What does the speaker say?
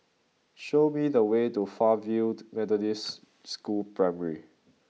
show me the way to Fairfield Methodist School Primary